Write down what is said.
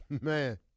Man